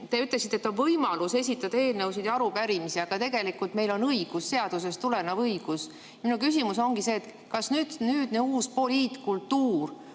te ütlesite, et on võimalus esitada eelnõusid ja arupärimisi, aga tegelikult meil on selleks õigus, seadusest tulenev õigus. Minu küsimus ongi, kas nüüdne uus poliitkultuur